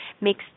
makes